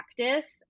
practice –